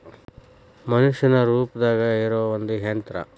ಮನಷ್ಯಾನ ರೂಪದಾಗ ಇರು ಒಂದ ಯಂತ್ರ